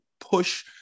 push